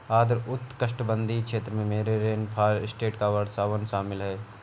आर्द्र उष्णकटिबंधीय क्षेत्र में रेनफॉरेस्ट या वर्षावन शामिल हैं